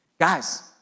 Guys